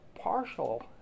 partial